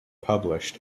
published